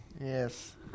yes